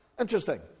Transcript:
Interesting